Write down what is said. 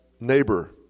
neighbor